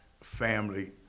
family